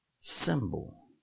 symbol